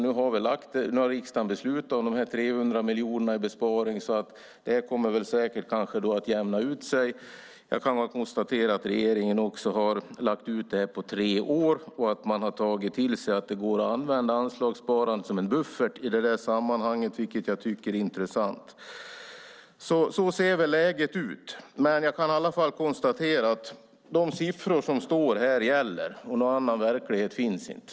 Nu har riksdagen beslutat om de 300 miljonerna i besparingar, så det kommer kanske att jämna ut sig. Regeringen har lagt ut detta på tre år och tagit till sig att det i det sammanhanget går att använda anslagssparandet som en buffert, vilket jag tycker är intressant. Så ser läget ut. Jag konstaterar att de siffror som redovisats gäller, och någon annan verklighet finns inte.